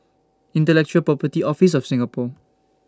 Intellectual Property Office of Singapore